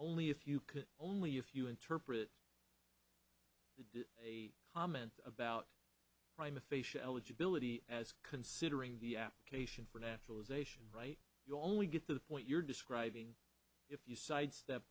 only if you could only if you interpret a comment about crime of facial eligibility as considering the application for naturalization right you only get to the point you're describing if you sidestep